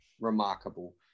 remarkable